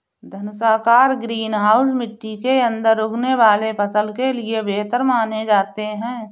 धनुषाकार greenhouse मिट्टी के अंदर उगने वाले फसल के लिए बेहतर माने जाते हैं